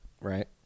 Right